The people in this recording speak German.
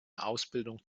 ausbildung